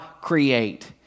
create